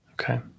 Okay